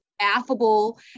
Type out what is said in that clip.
affable